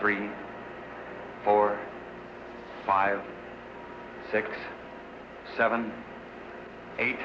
three four five six seven eight